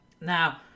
Now